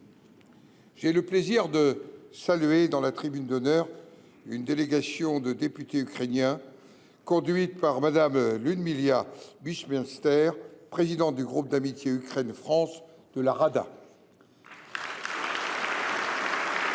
j’ai le plaisir de saluer, dans la tribune d’honneur, une délégation de députés ukrainiens, conduite par Mme Liudmyla Buimister, présidente du groupe d’amitié Ukraine France de la Rada. Elle est